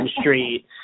Street